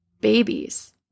babies